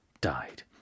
died